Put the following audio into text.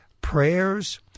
prayers